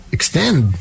Extend